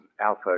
Alpha